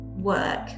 work